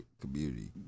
community